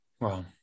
Wow